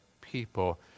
people